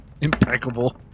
impeccable